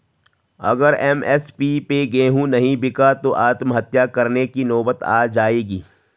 अगर एम.एस.पी पे गेंहू नहीं बिका तो आत्महत्या करने की नौबत आ जाएगी